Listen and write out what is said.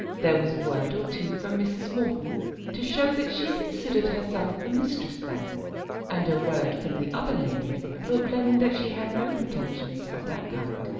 there was a word or two from mrs. morton to show that she considered herself the mistress there and a word from the other lady proclaiming that she had no pretensions of that kind.